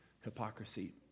hypocrisy